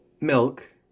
milk